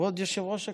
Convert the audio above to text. כבוד יושב-ראש הכנסת.